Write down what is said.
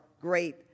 great